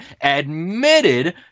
admitted